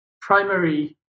primary